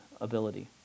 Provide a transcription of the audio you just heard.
ability